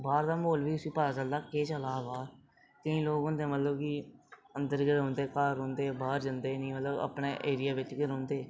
बाह्र दा म्हौल बी उसी पता चलदा केह् चलै दा बाह्र केईं लोक होंदे मतलब कि अंदर गै रौंह्दे घर रौंह्दे बाह्र जंदे निं मतलब कि अपने एरिये बिच गै रौंह्दे